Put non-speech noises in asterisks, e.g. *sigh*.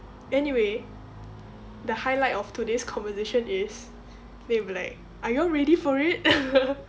anyway the highlight of today's conversation is then you'll be like are you all ready for it *laughs*